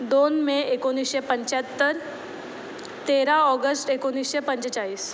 दोन मे एकोणीसशे पंचाहत्तर तेरा ऑगस्ट एकोणीसशे पंचेचाळीस